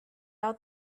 out